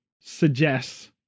suggests